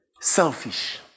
selfish